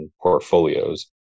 portfolios